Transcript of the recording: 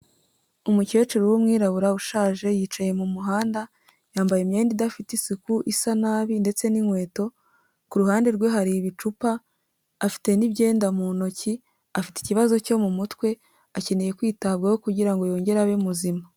Umukecuru w'umwirabura ushaje, yicaye mu muhanda, yambaye imyenda idafite isuku isa nabi ndetse n'inkweto, kuruhande rwe hari ibicupa, afite n'imyeyenda mu ntoki, afite ikibazo cyo mu mutwe akeneye kwitabwaho kugira ngo yongere abe muzima.